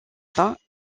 vingt